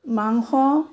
মাংস